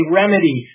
remedy